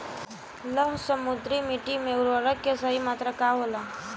लौह समृद्ध मिट्टी में उर्वरक के सही मात्रा का होला?